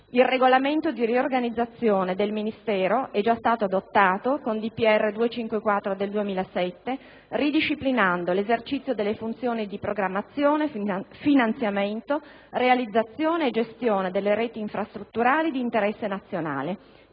Il regolamento di riorganizzazione di tale Ministero è già stato adottato con decreto del Presidente della Repubblica n. 254 del 2007, ridisciplinando l'esercizio delle funzioni di programmazione, finanziamento, realizzazione e gestione delle reti infrastrutturali di interesse nazionale,